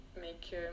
make